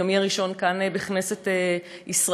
מיומי הראשון כאן בכנסת ישראל,